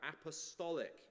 Apostolic